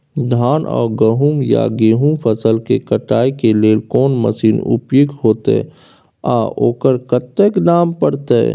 धान आ गहूम या गेहूं फसल के कटाई के लेल कोन मसीन उपयुक्त होतै आ ओकर कतेक दाम परतै?